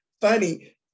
funny